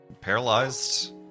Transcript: paralyzed